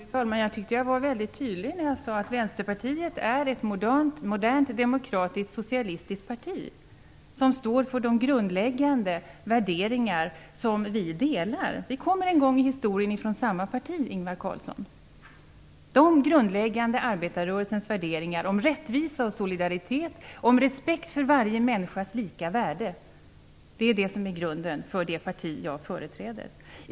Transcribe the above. Fru talman! Jag tyckte att jag var mycket tydlig när jag sade att Vänsterpartiet är ett modernt, demokratiskt, socialistiskt parti, som står för de grundläggande värderingar som vi delar med socialdemokraterna. Historiskt sett kommer vi från samma parti, Arbetarrörelsens grundläggande värderingar om rättvisa, solidaritet och respekt för varje människas lika värde är grunden för det parti som jag företräder.